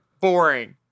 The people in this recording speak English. Boring